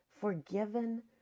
forgiven